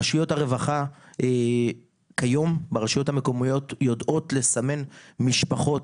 רשויות הרווחה כיום ברשויות המקומיות יודעות לסמן משפחות.